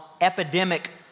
epidemic